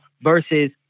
versus